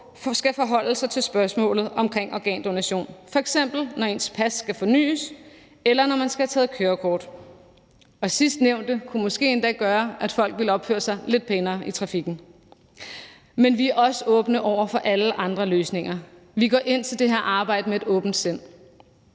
skal forholde sig til spørgsmålet omkring organdonation, f.eks. når ens pas skal fornyes, eller når man skal tage kørekort. Og sidstnævnte kunne måske endda gøre, at folk ville opføre sig lidt pænere i trafikken. Men vi er også åbne over for alle andre løsninger. Vi går ind til det her arbejde med et åbent sind.